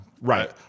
Right